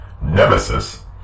nemesis